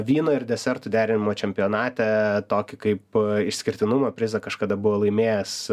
vyno ir desertų derinimo čempionate tokį kaip išskirtinumo prizą kažkada buvau laimėjęs